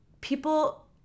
People